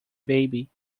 baby